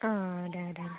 ആ അതെ അതെ